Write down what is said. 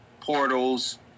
Portals